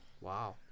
Wow